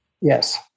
Yes